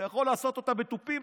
אתה יכול לעשות אותה בתופים,